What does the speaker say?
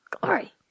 Glory